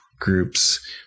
groups